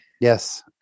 Yes